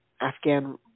Afghan